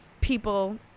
people